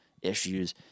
issues